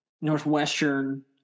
Northwestern